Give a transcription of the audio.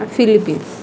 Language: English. Philippines